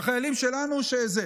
החיילים שלנו, זה.